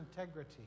integrity